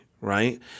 Right